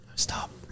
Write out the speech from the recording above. Stop